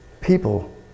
people